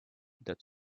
that